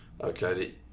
Okay